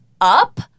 Up